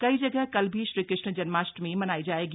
कई जगह कल भी श्रीकृष्ण जन्माष्टमी मनाई जाएगी